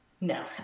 No